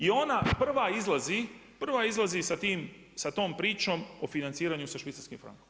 I ona prva izlazi, prva izlazi sa tom pričom o financiranju za švicarskim frankom.